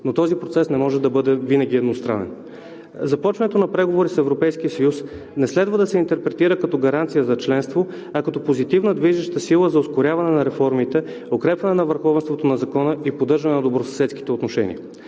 Но този процес не може да бъде винаги едностранен. Започването на преговори с Европейския съюз не следва да се интерпретира като гаранция за членство, а като позитивна движеща сила за ускоряване на реформите, укрепване на върховенството на закона и поддържане на добросъседските отношения.